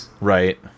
Right